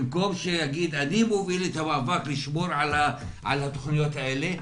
במקום שיגיד: אני מוביל את המאבק לשמור על הזכויות האלה,